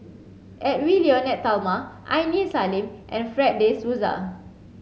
Edwy Lyonet Talma Aini Salim and Fred de Souza